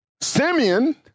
Simeon